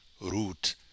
root